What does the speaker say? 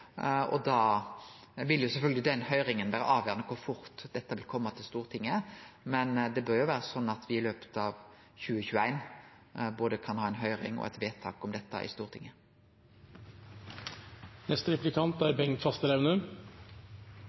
Da vil sjølvsagt den høyringa vere avgjerande for kor fort dette vil kome til Stortinget, men det bør vere slik at me i løpet av 2021 kan ha ei høyring – og få eit vedtak om dette i Stortinget. Norske og utenlandske transportører skal konkurrere på like vilkår. Slik er